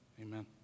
amen